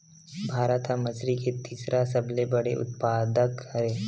भारत हा मछरी के तीसरा सबले बड़े उत्पादक हरे